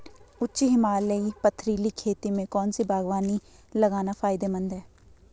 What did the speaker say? उच्च हिमालयी पथरीली खेती में कौन सी बागवानी लगाना फायदेमंद है?